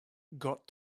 got